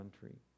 country